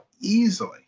easily